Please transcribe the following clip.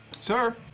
Sir